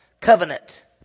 Covenant